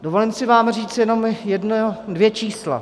Dovolím si vám říct jenom jedno dvě čísla.